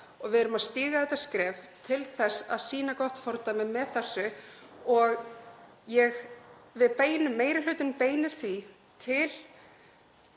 og við erum að stíga þetta skref til þess að sýna gott fordæmi með þessu. Meiri hlutinn beinir því til